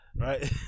Right